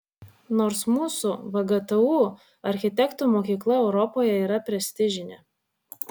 nors mūsų vgtu architektų mokykla europoje yra prestižinė